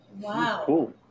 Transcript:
Wow